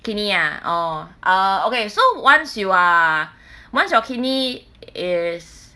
kidney ah orh uh okay so once you are once your kidney is